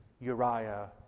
Uriah